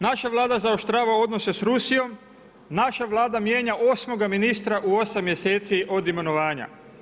Naša Vlada zaoštrava odnose sa Rusijom, naša Vlada mijenja osmoga ministra u osam mjeseci od imenovanja.